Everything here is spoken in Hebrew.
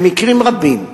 במקרים רבים,